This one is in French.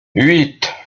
huit